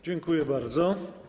Dziękuję bardzo.